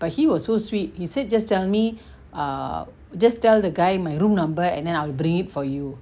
but he was so sweet he said just tell me err just tell the guy my room number and then I will bring it for you